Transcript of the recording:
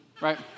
right